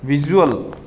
visual